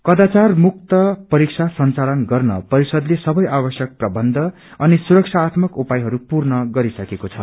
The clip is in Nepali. कदाचारमुक्त परीक्षा संघालन गर्न परिषदले सबै आवश्यक प्रबन्ध अनि सुरक्षात्मक उपायहरू पूर्ण गरिसकेको छ